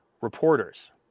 reporters